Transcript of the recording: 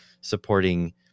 supporting